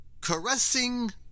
Caressing